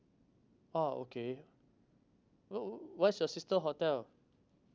oh okay wh~ what's your sister hotel